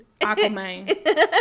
Aquaman